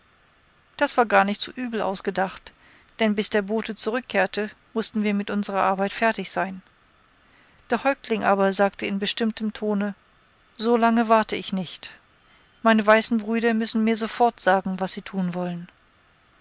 das war gar nicht so übel ausgedacht denn bis der bote zurückkehrte mußten wir mit unserer arbeit fertig sein der häuptling aber sagte in bestimmtem tone so lange warte ich nicht meine weißen brüder müssen mir sofort sagen was sie tun wollen